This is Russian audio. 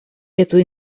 эту